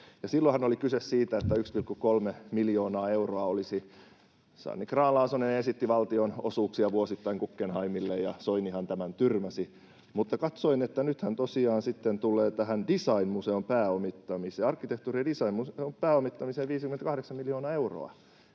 Silloinhan oli kyse siitä, että 1,3 miljoonaa euroa Sanni Grahn-Laasonen esitti valtionosuuksia vuosittain Guggenheimille ja Soinihan tämän tyrmäsi. Mutta katsoin, että nythän tosiaan sitten tulee tähän arkkitehtuuri- ja designmuseon pääomittamiseen 58 miljoonaa euroa.